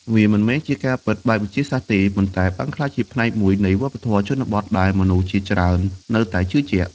វាមិនមែនជាការពិតបែបវិទ្យាសាស្ត្រទេ ប៉ុន្តែបានក្លាយជាផ្នែកមួយនៃវប្បធម៌ជនបទដែលមនុស្សជាច្រើននៅតែជឿជាក់។